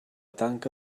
tanca